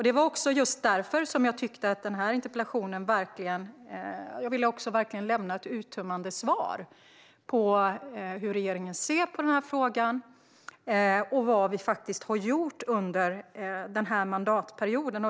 Det var också just därför som jag verkligen ville lämna ett uttömmande svar på interpellationen när det gäller hur regeringen ser på frågan och vad vi faktiskt har gjort under den här mandatperioden.